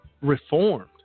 reformed